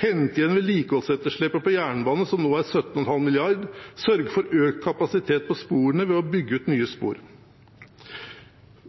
hente igjen vedlikeholdsetterslepet på jernbanen, som nå er på 17,5 mrd. kr, og sørge for økt kapasitet på sporene ved å bygge ut nye spor.